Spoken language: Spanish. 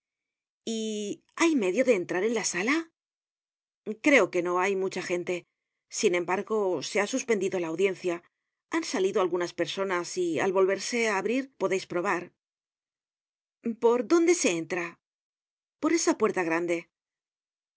y hay medio de entrar en la sala creo que no hay mucha gente sin embargo se ha suspendido la audiencia han salido algunas personas y al volverse á abrir podeis probar por dónde se entra por esa puerta grande